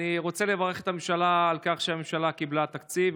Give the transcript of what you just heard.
אני רוצה לברך את הממשלה על כך שהממשלה קיבלה תקציב,